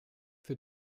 für